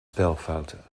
spelfouten